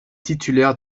titulaire